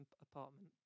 apartment